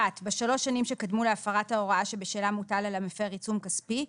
בשלוש השנים שקדמו להפרת ההוראה שבשלה מוטל על המפר עיצום כספי,